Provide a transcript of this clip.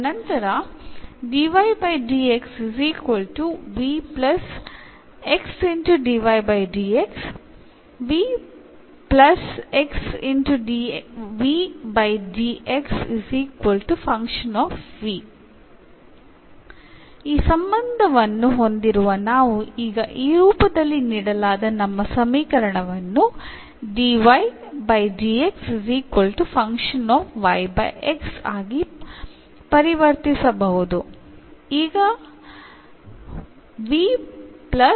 ತದನಂತರ ಈ ಸಂಬಂಧವನ್ನು ಹೊಂದಿರುವ ನಾವು ಈಗ ಈ ರೂಪದಲ್ಲಿ ನೀಡಲಾದ ನಮ್ಮ ಸಮೀಕರಣವನ್ನು ಆಗಿ ಪರಿವರ್ತಿಸಬಹುದು